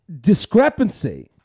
discrepancy